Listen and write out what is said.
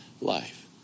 life